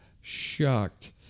shocked